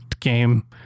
game